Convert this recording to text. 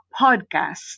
podcast